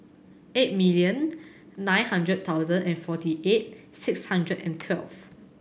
eight million nine hundred thousand and forty eight six hundred and twelve